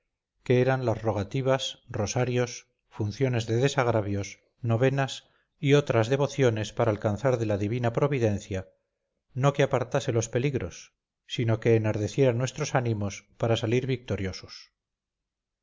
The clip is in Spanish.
que eran las rogativas rosarios funciones de desagravios novenas y otras devociones para alcanzar de la divina providencia no que apartase los peligros sino que enardeciera nuestros ánimos para salir victoriosos